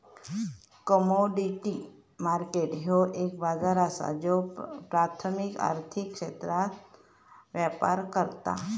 commodity market ह्यो एक बाजार असा ज्यो प्राथमिक आर्थिक क्षेत्रात व्यापार करता